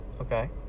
Okay